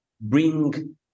bring